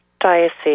diocese